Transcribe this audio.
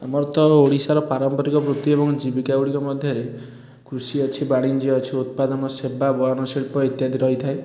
ଆମର ତ ଓଡ଼ିଶାର ପାରମ୍ପରିକ ବୃତ୍ତି ଏବଂ ଜୀବିକାଗୁଡ଼ିକ ମଧ୍ୟରେ କୃଷି ଅଛି ବାଣିଜ୍ୟ ଅଛି ଉତ୍ପାଦନ ସେବା ବୟନ ଶିଳ୍ପ ଇତ୍ୟାଦି ରହିଥାଏ